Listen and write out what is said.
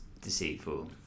deceitful